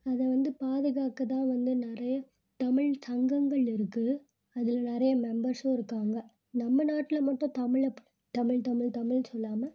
அதை வந்து பாதுகாக்க தான் வந்து நிறைய தமிழ் சங்கங்கள் இருக்குது அதில் நிறைய மெம்பர்ஸூம் இருக்காங்க நம்ம நாட்டில் மட்டும் தமிழை தமிழ் தமிழ் தமிழ் சொல்லாமல்